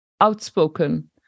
outspoken